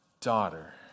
daughter